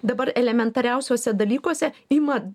dabar elementariausiuose dalykuose ima